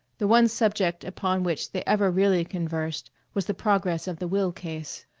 the one subject upon which they ever really conversed was the progress of the will case.